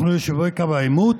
אנחנו יישובי קו העימות,